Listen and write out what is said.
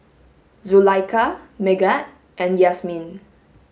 Zulaikha Megat and Yasmin